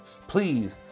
Please